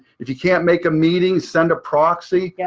if you can't make a meeting, send a proxy. yeah